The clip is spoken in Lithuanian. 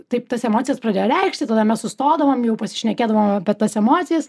taip tas emocijas pradėjo reikšti tada mes sustodavom jau pasišnekėdavom apie tas emocijas